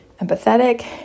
empathetic